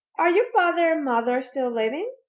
are your father and mother still living?